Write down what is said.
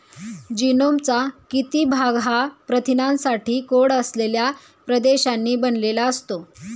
जीनोमचा किती भाग हा प्रथिनांसाठी कोड असलेल्या प्रदेशांनी बनलेला असतो?